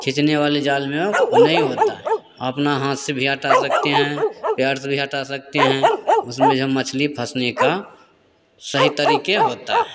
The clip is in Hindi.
खींचने वाले जाल में वो नहीं होता है वो अपना हाथ से भी हटा सकते हैं पेड़ से भी हटा सकते हैं उसमें जब मछली फँसने का सही तरीके होता है